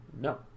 no